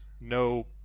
no